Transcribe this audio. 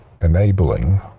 enabling